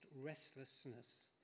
restlessness